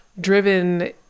driven